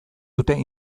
dute